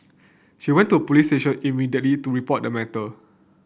she went to a police station immediately to report the matter